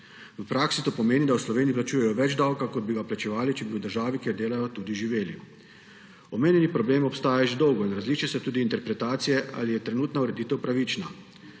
V praksi to pomeni, da v Sloveniji plačujejo več davka, kot bi ga plačevali, če bi v državi, kjer delajo, tudi živeli. Omenjeni problem obstaja že dolgo in različne so tudi interpretacije, ali je trenutna ureditev pravična.